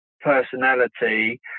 personality